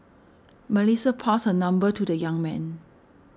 Melissa passed her number to the young man